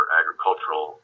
agricultural